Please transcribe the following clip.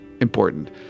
important